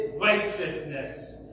righteousness